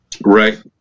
Right